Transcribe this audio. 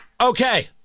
Okay